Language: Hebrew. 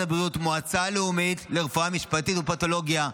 הבריאות מועצה לאומית לרפואה משפטית ופתולוגיה,